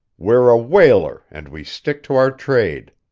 we're a whaler, and we stick to our trade.